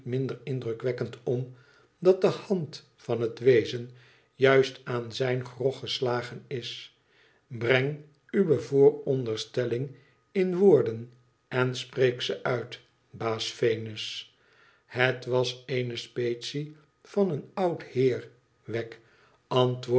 minder indrukwekkend om dat de hand van het wezen juist aan zijn grog geslagen is breng uwe vooronderstelling in woorden en spreek ze uit baas venus hij was eene specie van een oud heer wegg